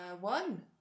one